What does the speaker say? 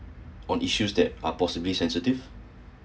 on issues that are possibly sensitive